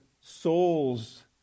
souls